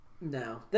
No